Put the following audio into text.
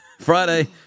Friday